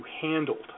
handled